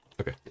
Okay